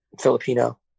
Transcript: Filipino